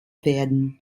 werden